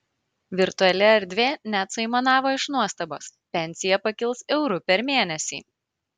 virtuali erdvė net suaimanavo iš nuostabos pensija pakils euru per mėnesį